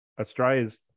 Australia's